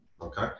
Okay